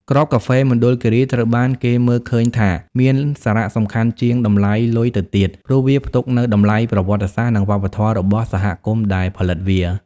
គ្រាប់កាហ្វេមណ្ឌលគិរីត្រូវបានគេមើលឃើញថាមានសារៈសំខាន់ជាងតម្លៃលុយទៅទៀត ព្រោះវាផ្ទុកនូវតម្លៃប្រវត្តិសាស្ត្រ និងវប្បធម៌របស់សហគមន៍ដែលផលិតវា។